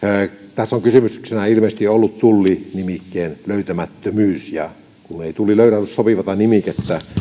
tässä on kysymyksessä ilmeisesti ollut tullinimikkeen löytämättömyys kun ei tulli löydä sopivaa nimikettä